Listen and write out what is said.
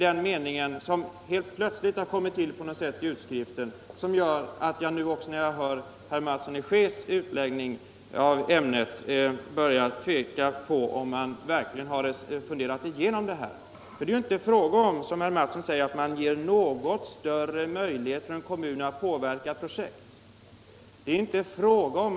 Den meningen, som helt plötsligt kom till i reservationen gör att jag nu också när jag hör herr Mattssons i Skee utläggning av ämnet börjar tvivla på att man verkligen har funderat igenom saken. Det är inte fråga om, som herr Mattsson säger, att man ger en något större möjlighet för en kommun att påverka ett projekt.